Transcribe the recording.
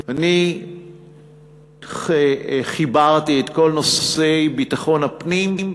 אני חיברתי את כל נושא ביטחון הפנים,